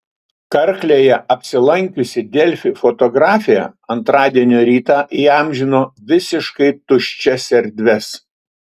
karklėje apsilankiusi delfi fotografė antradienio rytą įamžino visiškai tuščias erdves